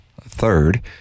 third